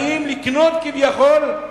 באים לקנות, כביכול,